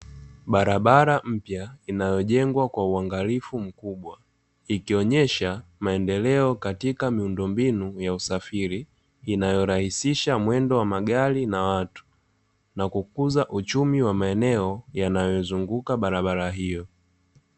Bara mpya inayojengwa kwa uangalifu mkubwa, ikionyesha maendeleo katika miundombinu ya usafiri. Inayorahisisha mwendo wa magari na watu na kukuza uchumi wa maeneo, yanayozunguka barabara hiyo.